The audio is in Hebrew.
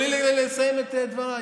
תנו לי לסיים את דבריי.